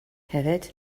hefyd